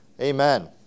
Amen